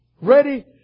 Ready